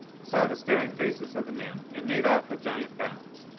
saw the staring faces of the men, and made off with giant bounds.